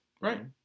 Right